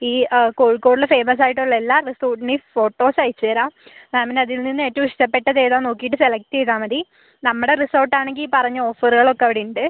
ഈ കോഴിക്കോടില് ഫേമസ് ആയിട്ട് ഉള്ള എല്ലാ റിസോർട്ടിൻ്റെയും ഫോട്ടോസ് അയച്ച് തരാം മാമിന് അതിൽ നിന്ന് ഏറ്റവും ഇഷ്ടപ്പെട്ടത് ഏതാന്ന് നോക്കീട്ട് സെലക്ട് ചെയ്താൽ മതി നമ്മുടെ റിസോർട്ട് ആണെങ്കിൽ പറഞ്ഞ ഓഫറുകൾ ഒക്ക അവിടെ ഉണ്ട്